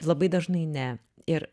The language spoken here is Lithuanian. labai dažnai ne ir